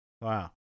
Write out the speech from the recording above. Wow